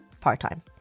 part-time